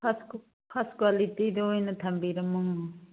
first ꯀ꯭ꯋꯥꯂꯤꯇꯤꯗꯣ ꯑꯣꯏꯅ ꯊꯝꯕꯤꯔꯝꯃꯣ